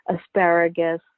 asparagus